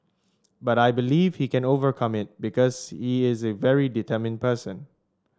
but I believe he can overcome it because he is a very determined person